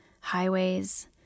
highways